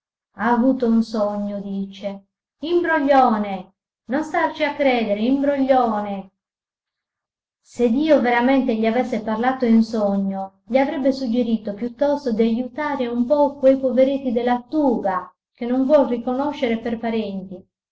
ha avuto un sogno dice imbroglione non starci a credere imbroglione se dio veramente gli avesse parlato in sogno gli avrebbe suggerito piuttosto di ajutare un po quei poveretti dei lattuga che non vuol riconoscere per parenti